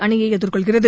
அணியை எதிர்கொள்கிறது